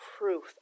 proof